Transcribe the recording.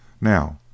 Now